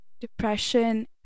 depression